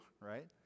right